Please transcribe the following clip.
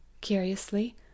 curiously